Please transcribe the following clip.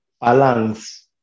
balance